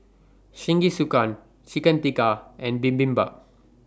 Jingisukan Chicken Tikka and Bibimbap